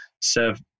serve